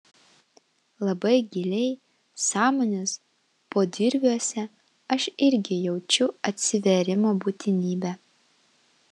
labai giliai sąmonės podirviuose aš irgi jaučiu atsivėrimo būtinybę